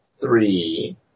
Three